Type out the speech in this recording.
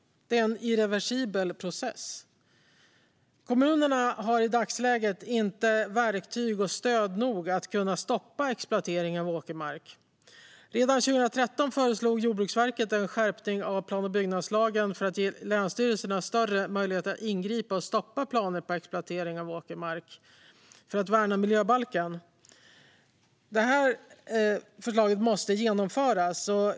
Det är en irreversibel process. Kommunerna har i dagsläget inte verktyg och stöd nog för att kunna stoppa exploateringen av åkermark. Redan 2013 föreslog Jordbruksverket en skärpning av plan och bygglagen för att ge länsstyrelserna större möjligheter att ingripa i och stoppa planer på exploatering av åkermark för att värna miljöbalken. Förslaget måste genomföras.